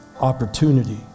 opportunity